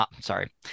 sorry